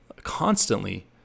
constantly